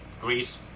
Greece